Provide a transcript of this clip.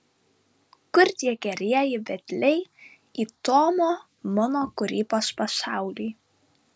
kur tie gerieji vedliai į tomo mano kūrybos pasaulį